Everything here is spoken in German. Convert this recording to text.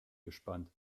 gespannt